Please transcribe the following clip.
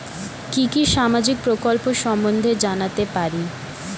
কি কি সামাজিক প্রকল্প সম্বন্ধে জানাতে পারি?